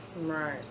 Right